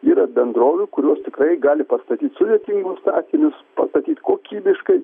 yra bendrovių kurios tikrai gali pastatyt sudėtingus statinius pastatyt kokybiškai